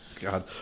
God